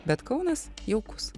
bet kaunas jaukus